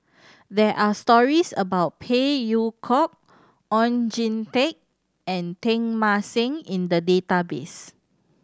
there are stories about Phey Yew Kok Oon Jin Teik and Teng Mah Seng in the database